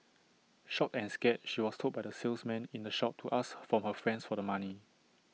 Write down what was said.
shocked and scared she was told by the salesman in the shop to ask from her friends for the money